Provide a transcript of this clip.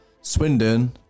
Swindon